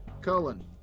Cullen